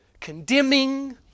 condemning